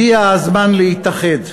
הגיע הזמן להתאחד.